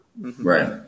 Right